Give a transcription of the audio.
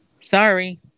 Sorry